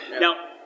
Now